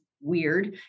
weird